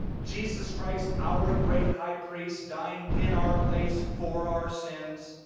jesus christ our great high priest dying in our place for our sins.